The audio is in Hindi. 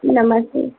नमस्ते